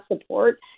support